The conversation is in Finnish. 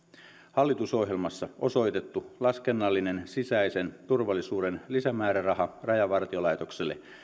hallitusohjelmassa osoitettu laskennallinen sisäisen turvallisuuden lisämääräraha rajavartiolaitokselle